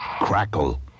crackle